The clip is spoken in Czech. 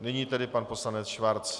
Nyní tedy pan poslanec Schwarz.